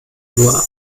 nur